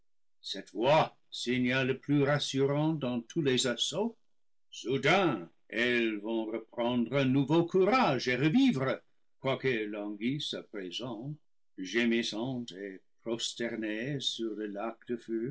cette voix signal le plus rassure rant dans tous les assauts soudain elles vont reprendre un nouveau courage et revivre quoiqu'elles languissent à pré sent gémissantes et prosternées sur le lac de